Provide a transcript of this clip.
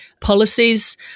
policies